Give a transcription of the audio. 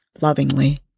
lovingly